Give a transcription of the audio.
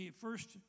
First